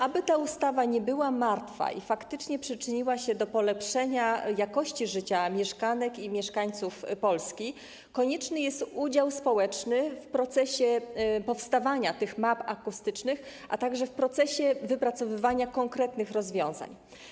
Aby ta ustawa nie była martwa i faktycznie przyczyniła się do polepszenia jakości życia mieszkanek i mieszkańców Polski, konieczny jest udział społeczny w procesie powstawania tych map akustycznych, a także w procesie wypracowywania konkretnych rozwiązań.